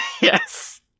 Yes